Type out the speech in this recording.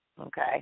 okay